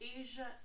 Asia